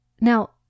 Now